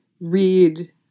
read